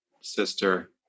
sister